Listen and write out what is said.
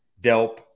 Delp